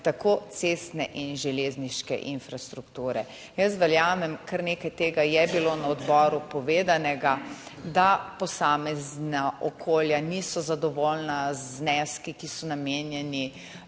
tako cestne in železniške infrastrukture. Jaz verjamem, kar nekaj tega je bilo na odboru povedanega, da posamezna okolja niso zadovoljna z zneski, ki so namenjeni